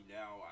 now